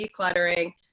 decluttering